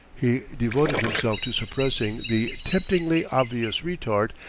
he devoted himself to suppressing the temptingly obvious retort,